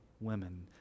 women